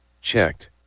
Checked